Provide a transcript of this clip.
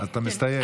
אתה מסתייג.